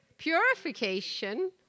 purification